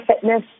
fitness